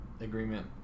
agreement